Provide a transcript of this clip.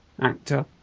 actor